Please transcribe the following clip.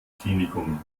klinikum